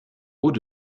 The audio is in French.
hauts